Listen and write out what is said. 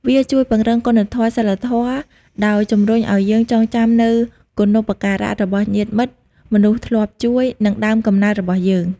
វាជួយពង្រឹងគុណធម៌សីលធម៌ដោយជំរុញឱ្យយើងចងចាំនូវគុណូបការៈរបស់ញាតិមិត្ត មនុស្សធ្លាប់ជួយ និងដើមកំណើតរបស់យើង។